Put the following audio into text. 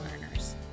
learners